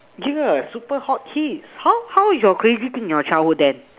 yeah super hot kids how how is your crazy thing your childhood then